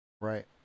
Right